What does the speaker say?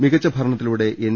മികച്ച ഭരണത്തിലൂടെ എൻ